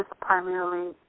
primarily